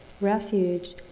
refuge